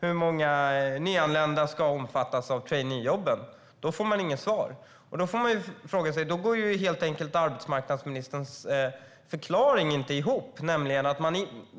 hur många nyanlända som ska omfattas av traineejobben får jag inget svar. Då går arbetsmarknadsministerns förklaring inte ihop.